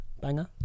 Banger